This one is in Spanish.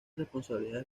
responsabilidades